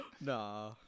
Nah